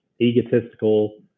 egotistical